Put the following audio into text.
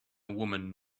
woman